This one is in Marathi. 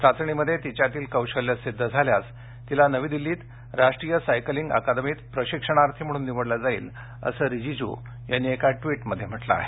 चाचणीमध्ये तिच्यातील कौशल्यं सिद्ध झाल्यास तिला नवी दिल्लीत राष्ट्रीय सायकलिंग अकादमीत प्रशिक्षणार्थी म्हणून निवडलं जाईल असं रिजीजू यांनी एका ट्विटमध्ये म्हटलं आहे